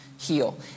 heal